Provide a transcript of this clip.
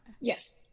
Yes